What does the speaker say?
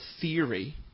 theory